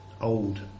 old